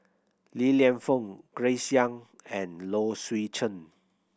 Li Lienfung Grace Young and Low Swee Chen